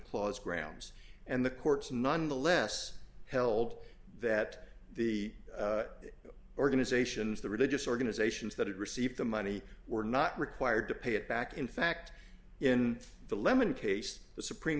mclaws grounds and the courts nonetheless held that the organizations the religious organizations that had received the money were not required to pay it back in fact in the lemon case the supreme